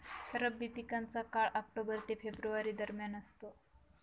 रब्बी पिकांचा काळ ऑक्टोबर ते फेब्रुवारी दरम्यान असतो